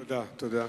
תודה.